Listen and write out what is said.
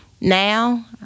Now